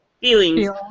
feelings